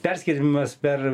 perskirstymas per